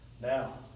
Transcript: Now